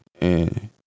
and-